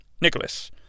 Nicholas